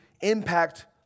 impact